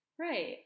Right